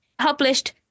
published